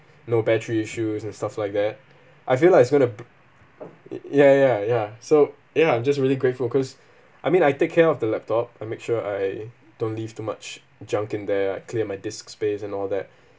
no battery issues and stuff like that I feel like it's going to b~ it ya ya ya so ya I'm just really grateful cause I mean I take care of the laptop I make sure I don't leave too much junk in there I clear my disk space and all that